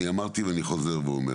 אני אמרתי ואני חוזר ואומר